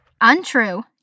Untrue